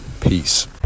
Peace